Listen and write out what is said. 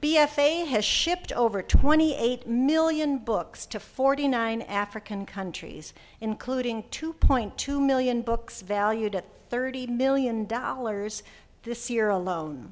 b f a has shipped over twenty eight million books to forty nine african countries including two point two million books valued at thirty million dollars this year alone